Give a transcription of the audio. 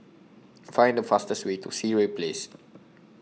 Find The fastest Way to Sireh Place